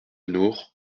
nour